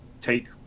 take